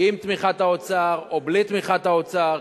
עם תמיכת האוצר או בלי תמיכת האוצר,